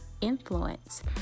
influence